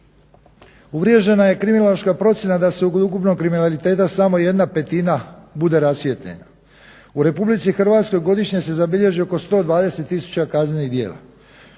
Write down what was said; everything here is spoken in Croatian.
Uvriježena je kriminološka procjena da se u ukupnom kriminalitetu samo jedna petina bude rasvijetljena. U RH godišnje se zabilježi oko 120 tisuća kaznenih djela.